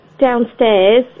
downstairs